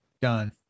done